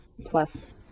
plus